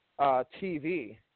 TV